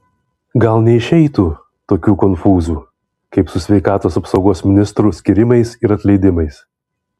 gal neišeitų tokių konfūzų kaip su sveikatos apsaugos ministrų skyrimais ir atleidimais